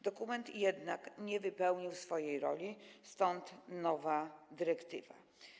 Dokument jednak nie spełnił swojej funkcji, stąd nowa dyrektywa.